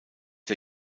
der